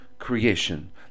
creation